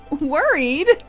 Worried